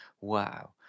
Wow